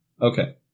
Okay